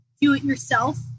do-it-yourself